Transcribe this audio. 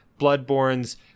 bloodborne's